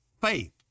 faith